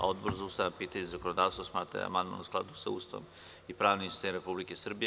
Odbor za ustavna pitanja i zakonodavstvo smatra da je amandman u skladu sa Ustavom i pravnim sistemom Republike Srbije.